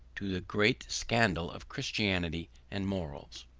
to the great scandal of christianity and morals.